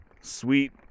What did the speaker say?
sweet